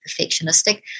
perfectionistic